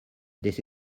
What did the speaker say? this